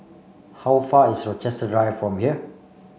how far is Rochester Drive from here